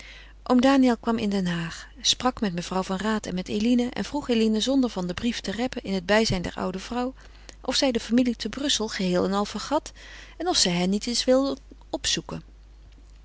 oom daniël kwam in den haag sprak met mevrouw van raat en met eline en vroeg eline zonder van den brief te reppen in het bijzijn der oude vrouw of zij de familie te brussel geheel en al vergat en of zij hen niet eens wilde opzoeken